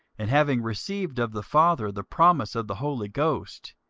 and having received of the father the promise of the holy ghost,